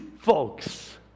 folks